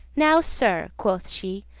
now, sir, quoth she,